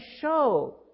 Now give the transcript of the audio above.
show